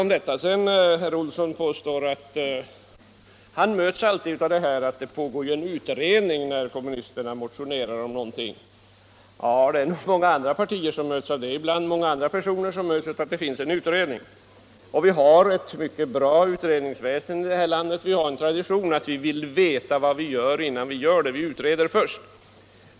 Herr Olsson i Stockholm påstår att han när kommunisterna motionerar om någonting alltid möts av svaret att det pågår en utredning. Ja, det är nog många andra personer och partier som möts av det svaret också. Vi har ett mycket bra utredningsväsende här i landet. Av tradition vill vi veta vad vi skall göra innan vi sätter i gång någonting. Därför utreder vi först.